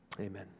Amen